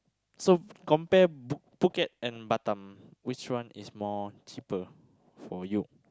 so compare book Phuket and Batam which one is more cheaper for you